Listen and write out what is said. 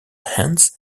hands